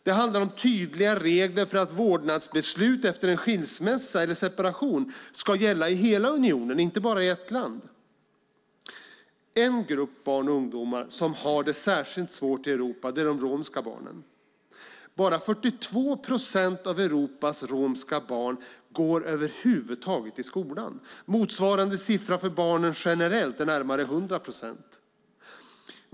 Det handlar om tydliga regler för att vårdnadsbeslut efter en skilsmässa eller separation ska gälla i hela unionen och inte bara i ett land. En grupp barn och ungdomar som har det särskilt svårt i Europa är de romska barnen. Bara 42 procent av Europas romska barn går över huvud taget i skolan. Motsvarande siffra för barn generellt är närmare 100 procent.